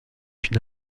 une